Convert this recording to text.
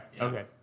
okay